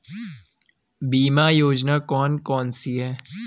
बीमा योजना कौन कौनसी हैं?